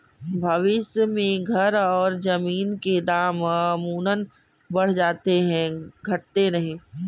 भविष्य में घर और जमीन के दाम अमूमन बढ़ जाते हैं घटते नहीं